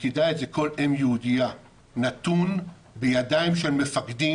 שתדע את זה כל אם יהודייה, נתון בידיים של מפקדים,